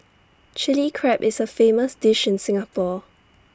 Chilli Crab is A famous dish in Singapore